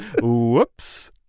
Whoops